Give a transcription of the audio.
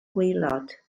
gwaelod